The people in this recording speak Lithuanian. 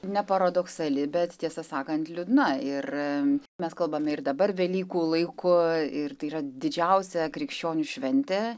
ne paradoksali bet tiesą sakant liūdna ir mes kalbame ir dabar velykų laiku ir tai yra didžiausia krikščionių šventė